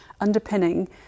underpinning